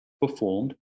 performed